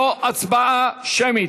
לא בהצבעה שמית.